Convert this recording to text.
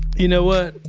you know what?